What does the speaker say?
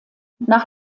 nach